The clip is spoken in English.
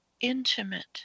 intimate